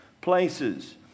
places